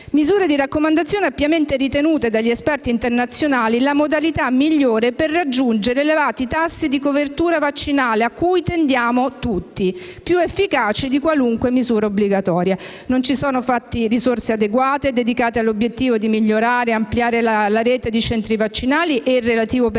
misure di raccomandazione ampiamente ritenute dagli esperti internazionali la modalità migliore per raggiungere elevati tassi di copertura vaccinale, cui tendiamo tutti, più efficaci di qualsiasi misura obbligatoria. Non ci sono, infatti, risorse adeguate dedicate all'obiettivo di migliorare e ampliare la rete di centri vaccinali e il relativo personale,